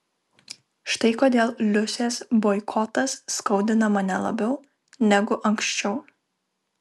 štai kodėl liusės boikotas skaudina mane labiau negu anksčiau